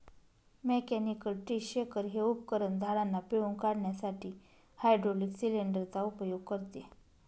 mechanical tree shaker हे उपकरण झाडांना पिळून काढण्यासाठी हायड्रोलिक सिलेंडर चा उपयोग करते